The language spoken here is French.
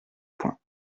point